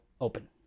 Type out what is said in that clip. open